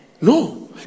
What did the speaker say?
No